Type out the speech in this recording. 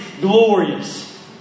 glorious